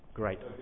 great